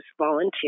volunteer